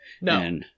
No